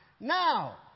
Now